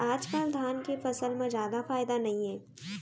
आजकाल धान के फसल म जादा फायदा नइये